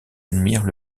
admirent